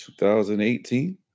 2018